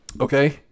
okay